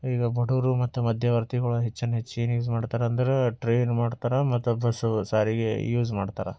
ಈಗ ಬಡವರು ಮತ್ತು ಮಧ್ಯವರ್ತಿಗಳು ಹೆಚ್ಚಿನ ಹೆಚ್ಚು ಯೂಸ್ ಮಾಡ್ತಾರೆ ಅಂದ್ರೆ ಟ್ರೈನ್ ಮಾಡ್ತಾರೆ ಮತ್ತು ಬಸ್ ಸಾರಿಗೆ ಯೂಸ್ ಮಾಡ್ತಾರೆ